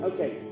Okay